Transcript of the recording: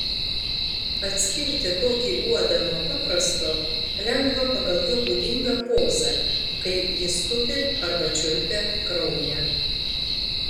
atskirti tokį uodą nuo paprasto lengva pagal jo būdingą pozą kai jis tupi arba čiulpia kraują